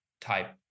type